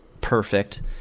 perfect